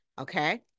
Okay